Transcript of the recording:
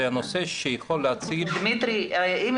זה הנושא שיכול להציל --- בבקשה